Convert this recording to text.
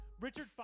Richard